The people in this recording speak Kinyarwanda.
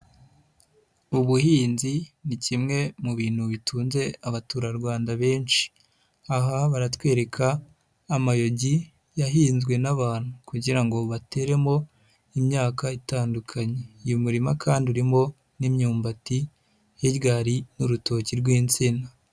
Ubuhinzi ni kimwe mu bintu bitunze abaturarwanda benshi. Aha baratwereka amayogi yahinzwe n'abantu kugira ngo bateremo imyaka itandukanye. Uyu muririma kandi urimo n'imyumbati, hiryari n'urutoki rw'insina.